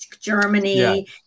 Germany